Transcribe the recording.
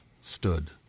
stood